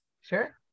Sure